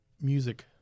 music